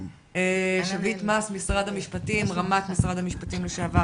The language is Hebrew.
שביט מס, רמ"ט שר המשפטים לשעבר.